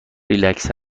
ریلکس